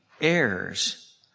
Heirs